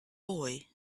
boy